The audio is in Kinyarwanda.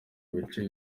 bice